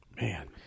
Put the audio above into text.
man